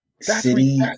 City